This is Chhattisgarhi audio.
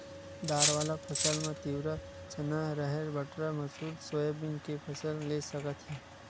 दार वाला फसल म तिंवरा, चना, राहेर, बटरा, मसूर, सोयाबीन के फसल ले सकत हे